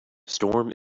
storm